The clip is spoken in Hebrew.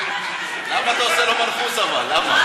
למה אתה עושה לו מנחוס, אבל?